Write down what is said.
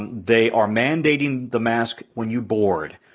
and they are mandating the mask when you board.